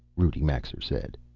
rudi maxer said,